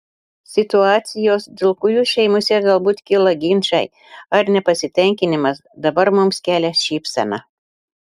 situacijos dėl kurių šeimose galbūt kyla ginčai ar nepasitenkinimas dabar mums kelia šypseną